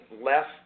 less